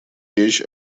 речь